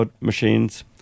machines